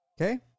Okay